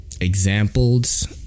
examples